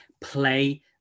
play